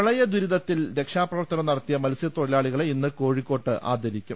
പ്രളയദുരിതത്തിൽ രക്ഷാപ്രവർത്തനം നടത്തിയ മത്സ്യത്തൊ ഴിലാളികളെ ഇന്ന് കോഴിക്കോട്ട് ആദരിക്കും